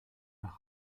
nach